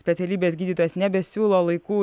specialybės gydytojas nebesiūlo laikų